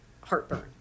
heartburn